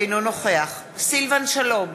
אינו נוכח סילבן שלום,